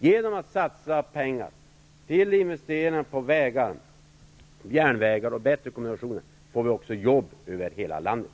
Genom att satsa pengar till investeringar i vägar, järnvägar och bättre kommunikationer får vi också jobb över hela landet.